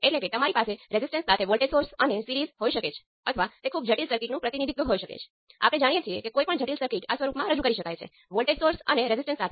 તેથી આ પણ ડાઈમેન્સનલેસ છે અને છેલ્લે આ એક કરંટ સમાન કંઈક × વોલ્ટેજ છે